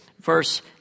verse